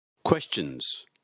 Questions